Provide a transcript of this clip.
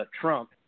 Trump